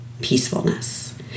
peacefulness